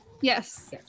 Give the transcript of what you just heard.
Yes